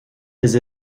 les